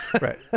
Right